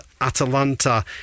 Atalanta